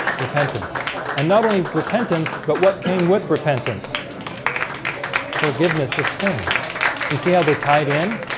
repentance and not only repentance but what came with repentance forgiveness of sins you see how they're tied in